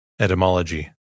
Etymology